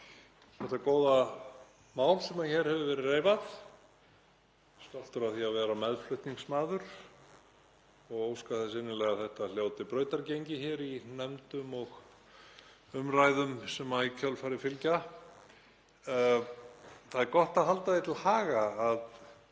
þetta góða mál sem hér hefur verið reifað og er stoltur af því að vera meðflutningsmaður. Ég óska þess innilega að það hljóti brautargengi hér í nefndum og umræðum sem í kjölfarið fylgja. Það er gott að halda því til haga að